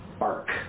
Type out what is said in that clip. arc